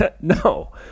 no